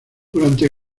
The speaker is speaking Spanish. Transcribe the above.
durante